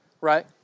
right